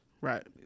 Right